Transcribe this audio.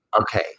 Okay